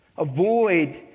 Avoid